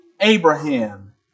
Abraham